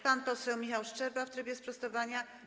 Pan poseł Michał Szczerba w trybie sprostowania.